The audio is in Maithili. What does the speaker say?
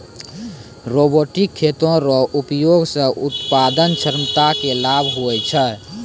रोबोटिक खेती रो उपयोग से उत्पादन क्षमता मे लाभ हुवै छै